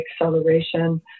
acceleration